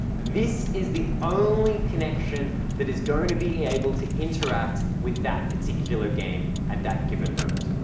this is the only connection that is going to being able to interact with that particular game at that given moment.